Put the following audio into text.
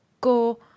go